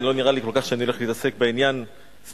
לא נראה לי כל כך שאני הולך להתעסק בעניין ספציפית.